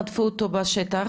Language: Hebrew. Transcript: רדפו אותו בשטח,